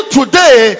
today